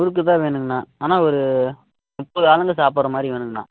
முறுக்கு தான் வேணுங்கண்ணா அண்ணா ஒரு முப்பது ஆளுங்கள் சாப்பிட்ற மாதிரி வேணுங்கண்ணா